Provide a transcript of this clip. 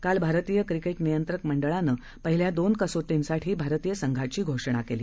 काल भारतीय क्रकेट नियंत्रक मंडळानं पहिल्या दोन कसोटींसाठी भारतीय संघाची घोषणा केली